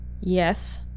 Yes